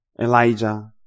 Elijah